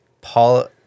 Paul